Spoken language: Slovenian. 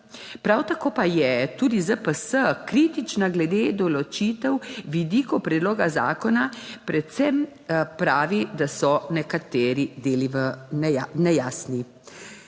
Prav tako pa je tudi ZPS kritična glede določitev vidikov predloga zakona. Predvsem pravi, da so nekateri deli v nejasni.